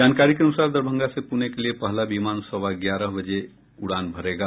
जानकारी के अनुसार दरभंगा से पूणे के लिए पहला विमान सवा ग्यारह बजे उड़ान भरेगा